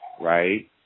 right